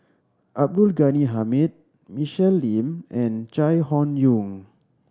Abdul Ghani Hamid Michelle Lim and Chai Hon Yoong